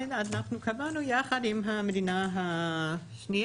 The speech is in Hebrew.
אנחנו קבענו יחד עם המדינה השנייה.